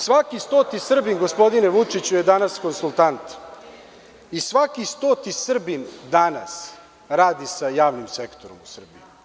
Svaki stoti Srbin, gospodine Vučiću, je danas konstultant i svaki stoti Srbin danas radi sa javnim sektorom u Srbiji.